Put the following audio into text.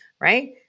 Right